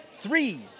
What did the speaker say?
three